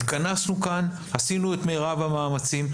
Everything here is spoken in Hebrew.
התכנסנו כאן, עשינו את מרב המאמצים.